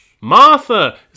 Martha